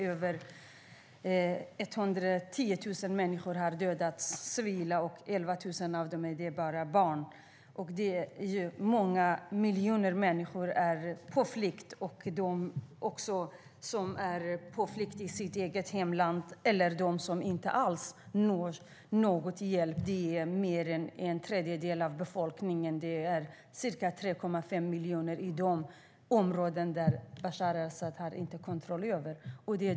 Över 110 000 civila människor har dödats; 11 000 är bara barn. Många miljoner människor är också på flykt, även i sitt eget hemland. Dessutom nås mer än en tredjedel av befolkningen, ca 6,5 miljoner, inte av någon hjälp alls i områden som Bashar al-Asad inte har någon kontroll över.